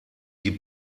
die